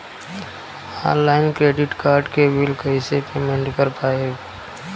Online credit card के bill कइसे payment कर पाएम?